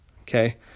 okay